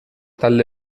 talde